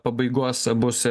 pabaigos bus